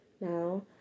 Now